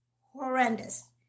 horrendous